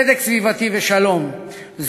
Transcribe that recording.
צדק סביבתי ושלום,